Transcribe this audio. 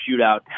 shootout